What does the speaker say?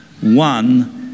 one